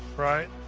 right.